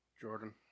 Jordan